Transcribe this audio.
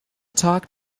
talk